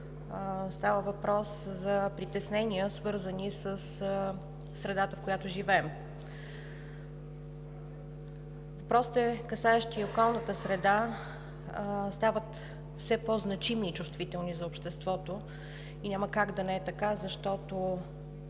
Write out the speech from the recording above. става въпрос за притеснения, свързани със средата, в която живеем. Въпросите, касаещи околната среда, стават все по-значими и чувствителни за обществото и няма как да не е така, защото